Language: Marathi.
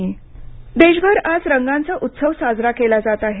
होळी देशभर आज रंगांचा उत्सव साजरा केला जात आहे